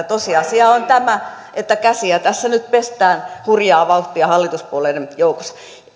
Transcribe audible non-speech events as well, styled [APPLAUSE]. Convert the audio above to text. [UNINTELLIGIBLE] tosiasia on tämä että käsiä tässä nyt pestään hurjaa vauhtia hallituspuolueiden joukossa